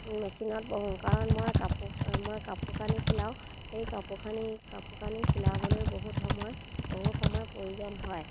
মেচিনত বহোঁ কাৰণ মই কাপোৰ মই কাপোৰ কানি চিলাওঁ সেই কাপোৰ কানি কাপোৰ কানি চিলাবলৈ বহুত সময় বহুত সময়ৰ প্ৰয়োজন হয়